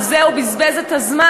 על זה הוא בזבז את הזמן,